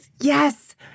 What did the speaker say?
Yes